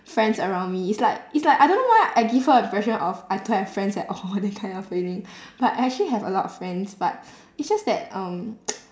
friends around me it's like it's like I don't know why I give her an impression of I don't have friends at all that kind of feeling but actually I have a lot of friends but it's just that um